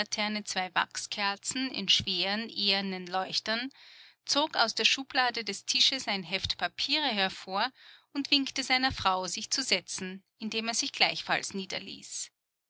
zwei wachskerzen in schweren ehernen leuchtern zog aus der schublade des tisches ein heft papiere hervor und winkte seiner frau sich zu setzen indem er sich gleichfalls niederließ